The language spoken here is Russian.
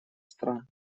стран